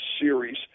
series